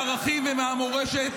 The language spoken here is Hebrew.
חבר הכנסת דוידסון.